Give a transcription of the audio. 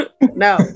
no